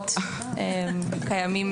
ממקורות קיימים.